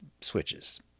switches